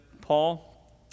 Paul